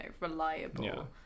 reliable